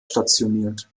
stationiert